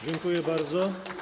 Dziękuję bardzo.